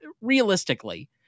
realistically